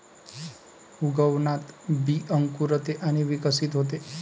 उगवणात बी अंकुरते आणि विकसित होते